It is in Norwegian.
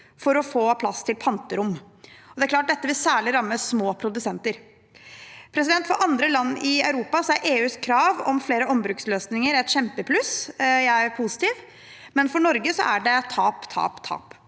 for å få plass til panterom. Det er klart at dette særlig vil ramme små produsenter. For andre land i Europa er EUs krav om flere ombruksløsninger et kjempepluss – jeg er positiv – men for Norge er det tap, tap, tap.